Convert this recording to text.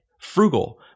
frugal